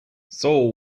saul